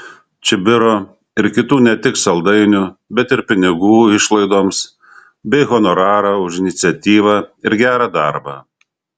čibiro ir kitų ne tik saldainių bet ir pinigų išlaidoms bei honorarą už iniciatyvą ir gerą darbą